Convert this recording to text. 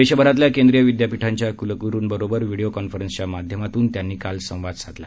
देशभरातल्या केंद्रीय विद्यापीठांच्या कुलगुरूंबरोबर व्हीडिओ कॉन्फरन्सच्या माध्यमातून त्यांनी काल संवाद साधला